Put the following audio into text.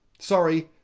sorry,